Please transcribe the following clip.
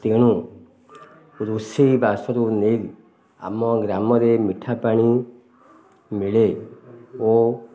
ତେଣୁ ରୋଷେଇବାସରୁ ନେଇ ଆମ ଗ୍ରାମରେ ମିଠାପାଣି ମିଳେ ଓ